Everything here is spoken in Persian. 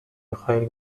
میخائیل